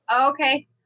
Okay